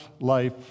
life